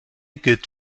gilt